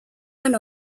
one